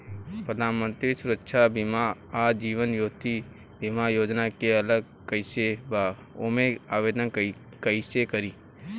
प्रधानमंत्री सुरक्षा बीमा आ जीवन ज्योति बीमा योजना से अलग कईसे बा ओमे आवदेन कईसे करी?